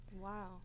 Wow